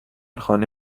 خانه